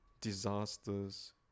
disasters